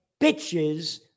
bitches